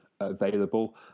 available